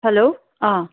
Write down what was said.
hello ꯑ